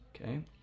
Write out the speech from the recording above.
okay